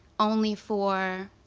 only for